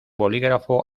bolígrafo